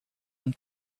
and